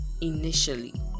initially